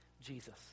Jesus